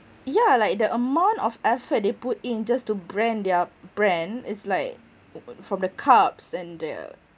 yeah like the amount of effort they put in just to brand their brand is like from the cups and the